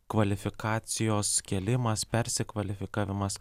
kvalifikacijos kėlimas persikvalifikavimas